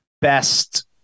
best